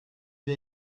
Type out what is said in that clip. wir